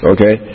Okay